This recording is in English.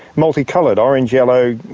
multicoloured orange, yellow,